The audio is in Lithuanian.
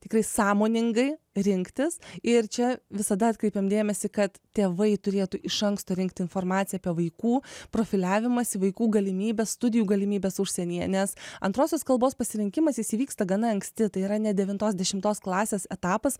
tikrai sąmoningai rinktis ir čia visada atkreipiam dėmesį kad tėvai turėtų iš anksto rinkti informaciją apie vaikų profiliavimąsi vaikų galimybes studijų galimybes užsienyje nes antrosios kalbos pasirinkimas jis įvyksta gana anksti tai yra ne devintos dešimtos klasės etapas